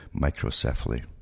microcephaly